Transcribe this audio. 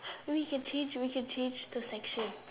we can change we can change the section